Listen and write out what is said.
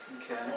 Okay